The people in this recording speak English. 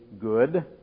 good